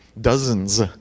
dozens